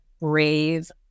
brave